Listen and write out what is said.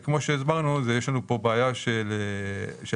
יש לנו פה בעיה של אכיפה